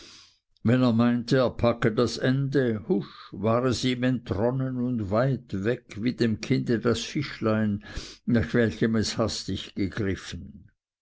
er meinte er packe das ende husch war es ihm entronnen und weit weg wie dem kinde das fischlein nach welchem es hastig gegriffen